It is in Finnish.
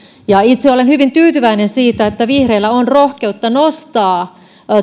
itse olen hyvin tyytyväinen siitä että vihreillä on rohkeutta nostaa